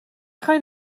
خواین